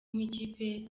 nk’ikipe